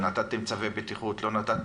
אם נתתם צווי בטיחות או לא.